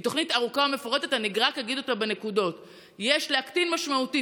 היא תוכנית ארוכה ומפורטת ואני רק אגיד אותה בנקודות: יש להקטין משמעותית